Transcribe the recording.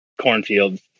cornfields